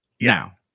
now